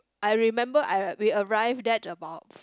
I remember I we arrived that about